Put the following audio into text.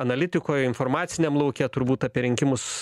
analitikoj informaciniam lauke turbūt apie rinkimus